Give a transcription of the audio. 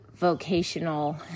vocational